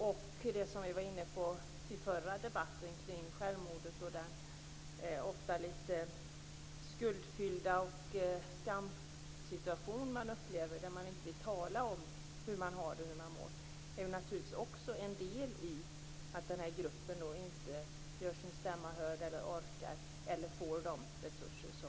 I förra debatten var vi inne på självmord och den ofta litet skuldfyllda skamsituation man upplever. Man vill inte tala om hur man har det och hur man mår. Det är naturligtvis också en del i att denna grupp inte orkar göra sin stämma hörd eller får de resurser som den behöver.